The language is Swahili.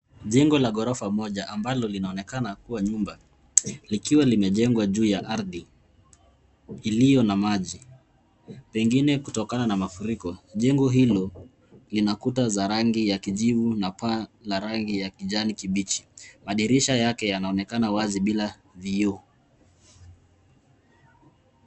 Jengo la ghorofa moja ambalo linaonekana kua nyumba, likiwa limejengwa juu ya ardhi iliyo na maji, pengine kutokana na mafuriko. Jengo hilo lina kuta za rangi ya kijivu na paa la rangi ya kijani kibichi. Madirisha yake yanaonekana wazi bila vioo.